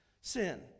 Sin